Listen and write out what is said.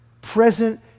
present